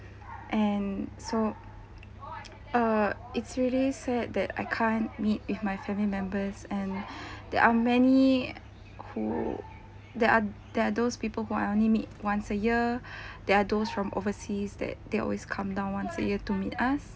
and so uh it's really sad that I can't meet with my family members and there are many who there are there are those people who I only meet once a year there are those from overseas that they always come down once a year to meet us